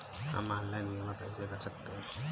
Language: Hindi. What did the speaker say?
हम ऑनलाइन बीमा कैसे कर सकते हैं?